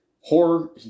horror